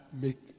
make